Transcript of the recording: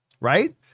right